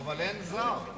אבל אין שר.